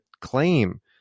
claim